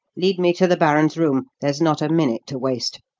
lead me to the baron's room there's not a minute to waste.